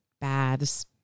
baths